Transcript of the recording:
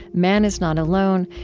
man is not alone,